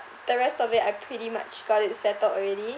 the rest of it I pretty much got it settled already